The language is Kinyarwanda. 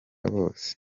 bose